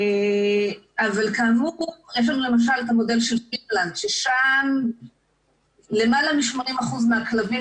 אבל כאמור יש לנו למשל את המודל של פינלנד ששם למעלה מ-80% מהכלבים